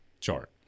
chart